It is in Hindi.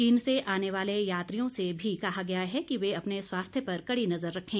चीन से आने वाले यात्रियों से भी कहा गया है कि वे अपने स्वास्थ्य पर कड़ी नजर रखें